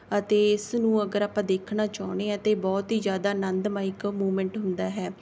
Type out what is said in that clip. ਅਤੇ ਇਸਨੂੰ ਅਗਰ ਆਪਾਂ ਦੇਖਣਾ ਚਾਹੁੰਦੇ ਹਾਂ ਤਾਂ ਬਹੁਤ ਹੀ ਜ਼ਿਆਦਾ ਆਨੰਦਮਇਕ ਮੂਵਮੈਂਟ ਹੁੰਦਾ ਹੈ